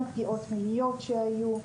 גם פגיעות מיניות שהיו.